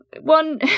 one